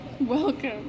Welcome